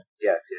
yes